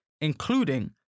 including